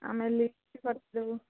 ଆମେ ଲିଷ୍ଟ କରିଛୁ